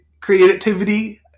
creativity